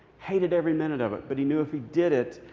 hated every minute of it. but he knew if he did it,